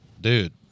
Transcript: Dude